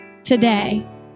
Today